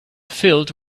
filled